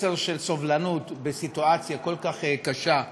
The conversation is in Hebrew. מסר של סובלנות בסיטואציה כל כך קשה,